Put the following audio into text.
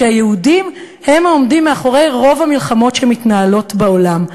שהיהודים הם העומדים מאחורי רוב המלחמות שמתנהלות בעולם,